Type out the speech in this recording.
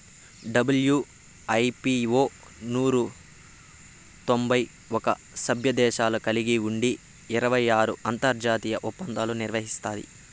WIPO నూరు తొంభై ఒక్క సభ్యదేశాలు కలిగి ఉండి ఇరవై ఆరు అంతర్జాతీయ ఒప్పందాలు నిర్వహిస్తాది